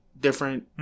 Different